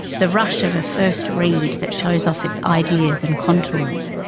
the rush of a first read that shows off its ideas and contours,